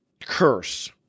curse